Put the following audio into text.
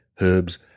herbs